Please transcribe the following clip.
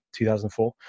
2004